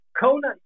Kona